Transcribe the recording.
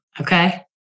Okay